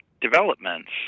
developments